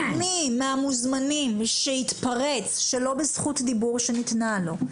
מי מהמוזמנים שיתפרץ שלא בזכות דיבור שניתנה לו,